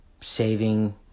saving